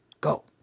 go